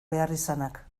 beharrizanak